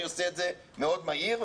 אני עושה את זה מאוד מהיר,